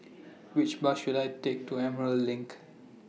Which Bus should I Take to Emerald LINK